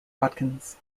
watkins